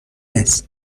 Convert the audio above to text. هست